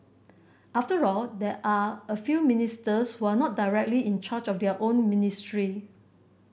after all there are a few ministers who are not directly in charge of their own ministry